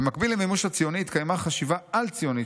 "במקביל למימוש הציוני התקיימה חשיבה על-ציונית,